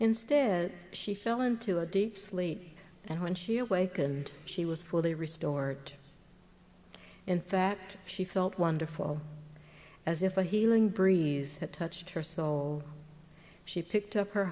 instead she fell into a deep sleep and when she awakened she was fully restored in fact she felt wonderful as if a healing breeze had touched her soul she picked up her